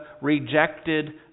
rejected